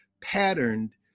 patterned